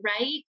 Right